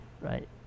right